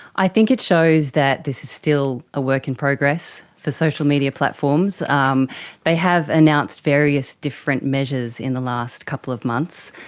i think it shows that this is still a work in progress for social media platforms. um they have announced various different measures in the last couple of months,